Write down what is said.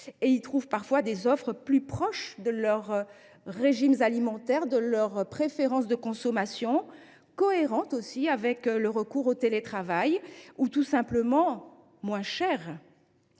et y trouvent parfois des offres plus proches de leurs régimes alimentaires ou de leurs préférences de consommation, cohérentes avec le recours au télétravail, ou tout simplement moins chères.